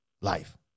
life